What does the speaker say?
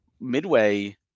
midway